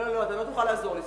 לא, אתה לא תוכל לעזור לי.